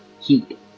heat